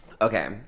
okay